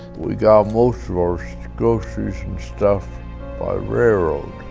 we got most of our groceries and stuff by railroad.